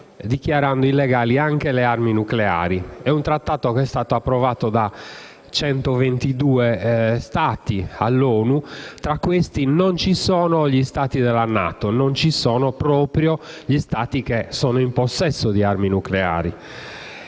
dichiarando illegali anche le armi nucleari. È un Trattato che è stato approvato da 122 Stati all'ONU e tra questi non ci sono gli Stati della NATO, proprio quelli che sono in possesso di armi nucleari.